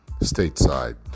stateside